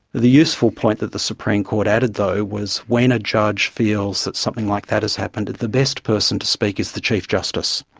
the useful point that the supreme court added though was when a judge feels that something like that has happened, that the best person to speak is the chief justice.